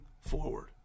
forward